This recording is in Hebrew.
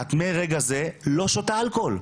את מרגע זה לא שותה אלכוהול.